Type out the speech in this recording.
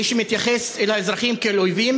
מי שמתייחס אל האזרחים כאל אויבים